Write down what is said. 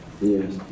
Yes